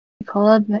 Nicola